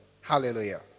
Hallelujah